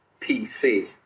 PC